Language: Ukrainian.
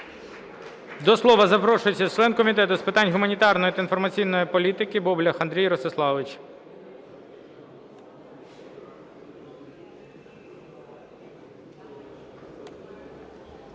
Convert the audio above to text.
До слова запрошується член Комітету з питань гуманітарної та інформаційної політики Боблях Андрій Ростиславович.